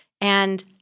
And-